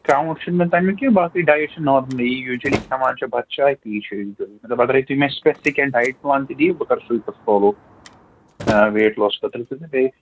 count چھُنہٕ مےٚ تَمیُک کیٚنٛہہ باقٕے ڈایِٹ چھُ نارملی یوٗجؤلی کھٮ۪وان چھِ بَتہٕ چاے تی چھِ مطلب اگرے تُہۍ مےٚ سپیسِک کیٚنٛہہ ڈایِٹ پُلان تہِ دِیِو بہٕ کَرٕ سُے پَتہٕ فالو ویٹ لاس خٲطرٕ تہٕ بیٚیہِ